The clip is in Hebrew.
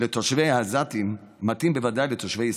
לתושבים העזתיים מתאים בוודאי לתושבי ישראל.